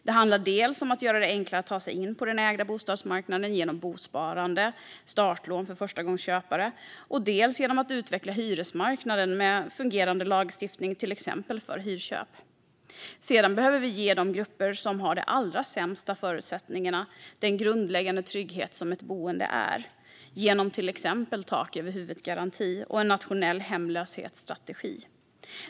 Det handlar dels om att göra det enklare att ta sig in på den ägda bostadsmarknaden genom bosparande och startlån för förstagångsköpare, dels om att utveckla hyresmarknaden med fungerande lagstiftning för till exempel hyrköp. Vi behöver även ge de grupper som har de allra sämsta förutsättningarna den grundläggande trygghet som ett boende är, till exempel genom en tak-över-huvudet-garanti och en nationell hemlöshetsstrategi.